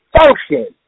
function